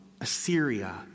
Assyria